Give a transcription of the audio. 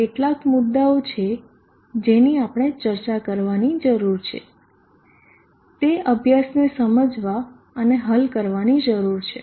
આ કેટલાક મુદ્દાઓ છે જેની આપણે ચર્ચા કરવાની જરૂર છે તે અભ્યાસને સમજવા અને હલ કરવાની જરૂર છે